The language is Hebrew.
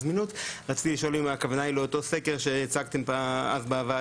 רציתי לשאול האם הכוונה היא לאותו סקר שהצגתם אז בוועדה?